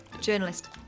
Journalist